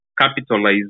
capitalize